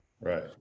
Right